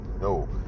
no